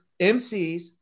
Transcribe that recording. MCs